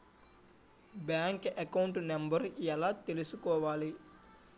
Bank account number ఎలా తీసుకోవాలి?